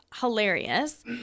hilarious